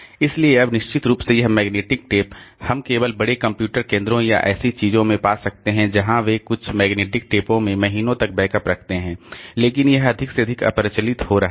इसलिए अब निश्चित रूप से यह मैग्नेटिक टेप हम केवल बड़े कंप्यूटर केंद्रों या ऐसी चीजों में पा सकते हैं जहां वे कुछ मैग्नेटिक टेपों में महीनों तक बैकअप रखते हैं लेकिन यह अधिक से अधिक अप्रचलित हो रहा है